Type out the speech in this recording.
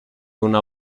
una